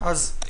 הצבעה בעד,